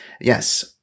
Yes